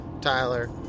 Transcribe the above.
Tyler